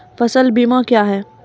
फसल बीमा क्या हैं?